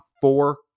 four